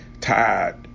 tired